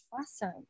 awesome